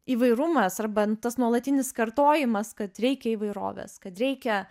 įvairumas arba tas nuolatinis kartojimas kad reikia įvairovės kad reikia